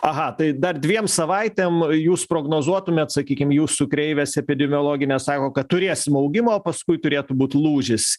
aha tai dar dviem savaitėm jūs prognozuotumėt sakykim jūsų kreivės epidemiologinės sako kad turėsim augimo paskui turėtų būt lūžis